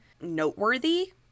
noteworthy